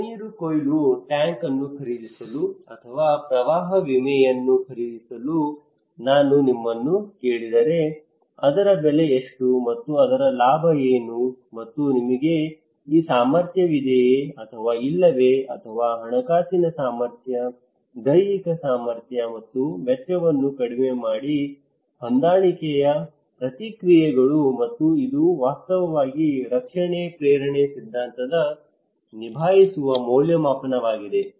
ಮಳೆನೀರು ಕೊಯ್ಲು ಟ್ಯಾಂಕ್ ಅನ್ನು ಖರೀದಿಸಲು ಅಥವಾ ಪ್ರವಾಹ ವಿಮೆಯನ್ನು ಖರೀದಿಸಲು ನಾನು ನಿಮ್ಮನ್ನು ಕೇಳಿದರೆ ಅದರ ಬೆಲೆ ಎಷ್ಟು ಮತ್ತು ಅದರ ಲಾಭ ಏನು ಮತ್ತು ನಿಮಗೆ ಈ ಸಾಮರ್ಥ್ಯವಿದೆಯೇ ಅಥವಾ ಇಲ್ಲವೇ ಅಥವಾ ಹಣಕಾಸಿನ ಸಾಮರ್ಥ್ಯ ದೈಹಿಕ ಸಾಮರ್ಥ್ಯ ಮತ್ತು ವೆಚ್ಚವನ್ನು ಕಡಿಮೆ ಮಾಡಿ ಹೊಂದಾಣಿಕೆಯ ಪ್ರತಿಕ್ರಿಯೆಗಳು ಮತ್ತು ಇದು ವಾಸ್ತವವಾಗಿ ರಕ್ಷಣೆ ಪ್ರೇರಣೆ ಸಿದ್ಧಾಂತದ ನಿಭಾಯಿಸುವ ಮೌಲ್ಯಮಾಪನವಾಗಿದೆ